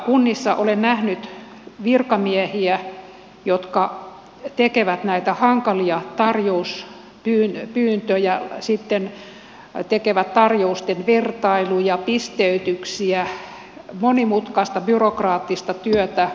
kunnissa olen nähnyt virkamiehiä jotka tekevät näitä hankalia tarjouspyyntöjä sitten tekevät tarjousten vertailuja pisteytyksiä monimutkaista byrokraattista työtä